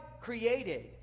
created